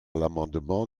l’amendement